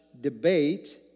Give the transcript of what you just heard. debate